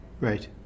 Right